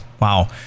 Wow